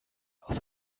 aus